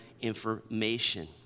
information